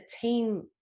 team